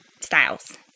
styles